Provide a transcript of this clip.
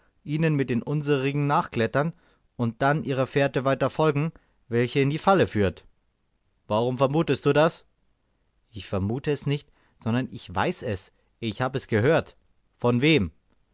ihnen mit den unserigen nachklettern und dann ihrer fährte weiter folgen welche in die falle führt warum vermutest du das ich vermute es nicht sondern ich weiß es ich habe es gehört von wem